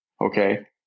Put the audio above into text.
okay